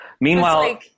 Meanwhile